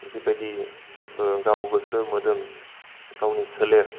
जिबायदि गाव गोसो मोदोम गावनि सोलेर